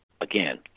Again